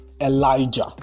Elijah